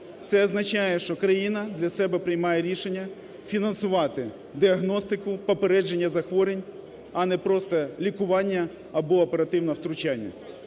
Це означає, що країна для себе приймає рішення фінансувати діагностику попередження захворювань, а не просто лікування або оперативного втручання.